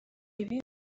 ibi